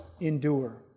endure